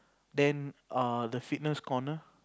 then err the fitness corner